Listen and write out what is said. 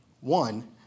one